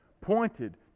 pointed